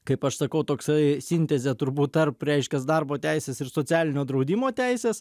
kaip aš sakau toksai sintezė turbūt tarp reiškias darbo teisės ir socialinio draudimo teisės